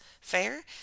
fair